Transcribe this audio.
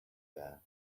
there